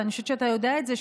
ואני חושבת שאתה יודע את זה,